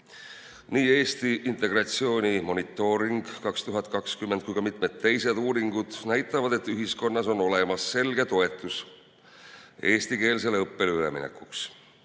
Nii Eesti integratsiooni monitooring 2020 kui ka mitmed teised uuringud näitavad, et ühiskonnas on olemas selge toetus eestikeelsele õppele üleminekuks.